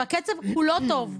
הקצב הוא לא טוב,